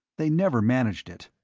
they never managed it,